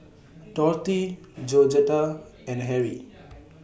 Dorthy Georgetta and Harry